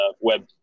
web